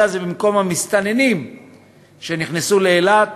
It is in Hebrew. אלא זה במקום המסתננים שנכנסו לאילת